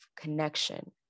connection